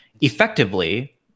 effectively